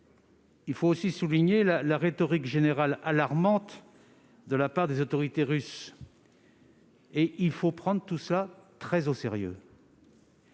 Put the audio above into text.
Il faut aussi souligner la rhétorique générale alarmante de la part des autorités russes. Il faut prendre tout cela très au sérieux.